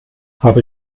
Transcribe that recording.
habe